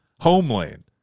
Homeland